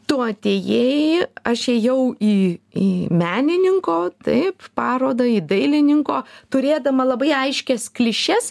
tu atėjai aš ėjau į į menininko taip parodą į dailininko turėdama labai aiškias klišes